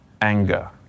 anger